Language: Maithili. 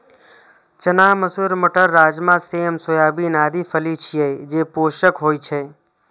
चना, मसूर, मटर, राजमा, सेम, सोयाबीन आदि फली छियै, जे पोषक होइ छै